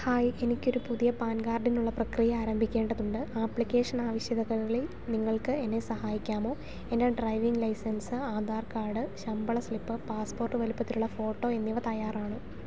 hi എനിക്കൊരു പുതിയ PAN കാർഡിനുള്ള പ്രക്രിയ ആരംഭിക്കേണ്ടതുണ്ട് ആപ്ലിക്കേഷന് ആവശ്യതകളില് നിങ്ങൾക്കെന്നെ സഹായിക്കാമോ എൻ്റെ ഡ്രൈവിംഗ് ലൈസൻസ് ആധാർ കാർഡ് ശമ്പള സ്ലിപ്പ് പാസ്പോർട്ട് വലിപ്പത്തിലുള്ള ഫോട്ടോ എന്നിവ തയ്യാറാണ്